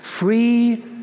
free